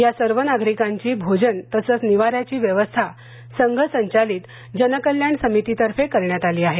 या सर्व नागरिकांची भोजन तसंच निवाऱ्याची व्यवस्था संघ संचालित जनकल्याण समितीतर्फे करण्यात आली आहे